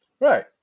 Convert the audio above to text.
right